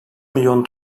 milyon